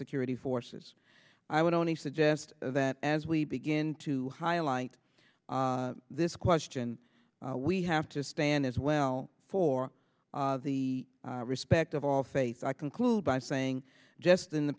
security forces i would only suggest that as we begin to highlight this question we have to stand as well for the respect of all faiths i conclude by saying just in the